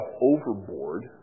overboard